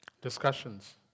discussions